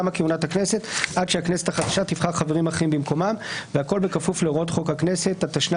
שההרכב האמור בסעיף 4(ב)(1)(ג) לחוק-יסוד: השפיטה